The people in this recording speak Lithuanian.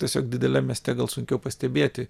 tiesiog dideliam mieste gal sunkiau pastebėti